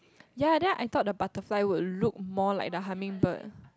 ya then I thought the butterfly will look more like a hummingbird